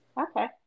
Okay